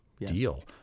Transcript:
deal